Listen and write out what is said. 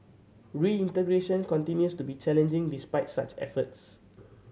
reintegration continues to be challenging despite such efforts